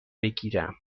بگیرم